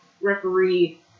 Referee